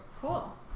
Cool